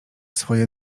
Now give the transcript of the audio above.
swoje